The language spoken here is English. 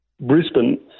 Brisbane